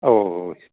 ഓ ഓ